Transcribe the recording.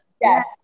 Yes